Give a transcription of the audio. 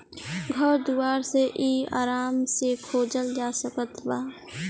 घर दुआर मे इ आराम से खोजल जा सकत बा